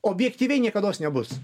objektyviai niekados nebus